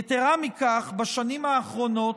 יתרה מכך, בשנים האחרונות,